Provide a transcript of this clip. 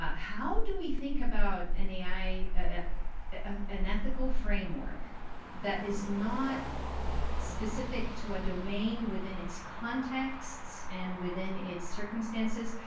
ah how do we think about and ai in an ethical framework that is not specific to a domain within its contexts and within its circumstances,